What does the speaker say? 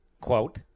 Quote